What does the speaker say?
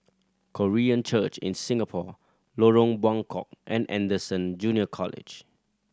Korean Church in Singapore Lorong Buangkok and Anderson Junior College